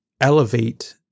elevate